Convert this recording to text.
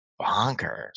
bonkers